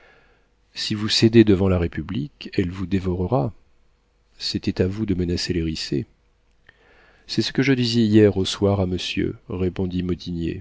si vous cédez devant la république elle vous dévorera c'était à vous de menacer les riceys c'est ce que je disais hier au soir à monsieur répondit